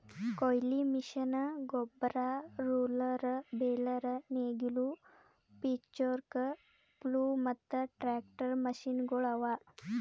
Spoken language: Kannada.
ಕೊಯ್ಲಿ ಮಷೀನ್, ಗೊಬ್ಬರ, ರೋಲರ್, ಬೇಲರ್, ನೇಗಿಲು, ಪಿಚ್ಫೋರ್ಕ್, ಪ್ಲೊ ಮತ್ತ ಟ್ರಾಕ್ಟರ್ ಮಷೀನಗೊಳ್ ಅವಾ